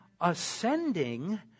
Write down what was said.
ascending